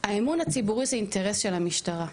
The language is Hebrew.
האמון הציבורי הוא אינטרס של המשטרה.